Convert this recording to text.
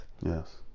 Yes